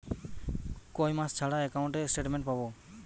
কয় মাস ছাড়া একাউন্টে স্টেটমেন্ট পাব?